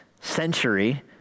century